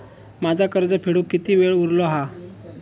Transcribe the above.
माझा कर्ज फेडुक किती वेळ उरलो हा?